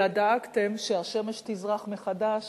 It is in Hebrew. אלא דאגתם שהשמש תזרח מחדש